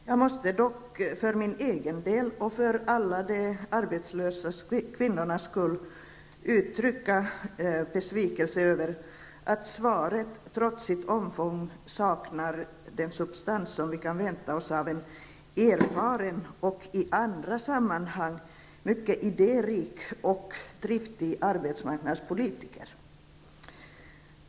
Jag måste dock för min egen del och för alla de arbetslösa kvinnornas skull uttrycka besvikelse över att svaret trots sitt omfång saknar den substans som vi kan vänta av oss en erfaren och i andra sammanhang mycket idérik och driftig arbetsmarknadspolitiker.